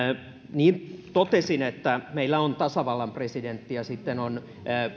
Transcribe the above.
niin totesin että meillä on tasavallan presidentti ja sitten